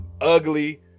ugly